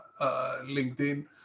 LinkedIn